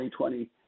2020